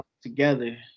together